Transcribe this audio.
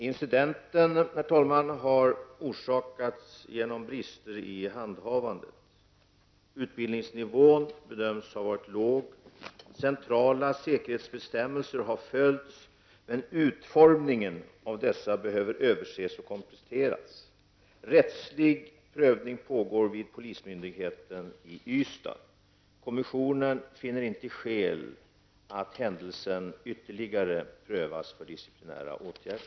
Herr talman! Incidenten har orsakats av brister i handhavandet. Utbildningsnivån bedöms ha varit låg. Centrala säkerhetsbestämmelser har följts, men utformningen av dessa behöver överses och kompletteras. Rättslig prövning pågår vid polismyndigheten i Ystad. Kommissionen finner inte skäl att händelsen ytterligare prövas för disciplinära åtgärder.